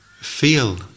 feel